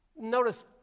notice